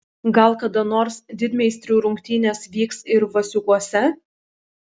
gal kada nors didmeistrių rungtynės vyks ir vasiukuose